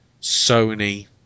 Sony